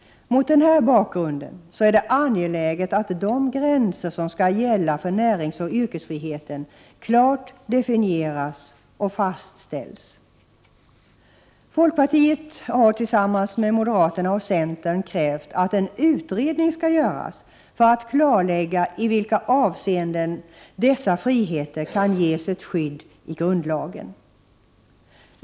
Mot den här bakgrunden är det angeläget att de gränser som skall gälla för näringsoch yrkesfriheten klart definieras och fastställs. Folkpartiet har tillsammans med moderaterna och centern krävt att en utredning skall göras för att klarlägga i vilka avseenden dessa friheter kan ges ett skydd i grundlagen.